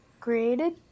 created